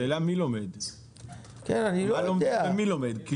השאלה מה לומדים ומי לומד.